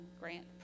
grant